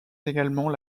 également